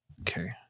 Okay